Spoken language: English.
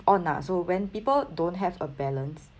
on ah so when people don't have a balance